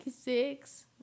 Six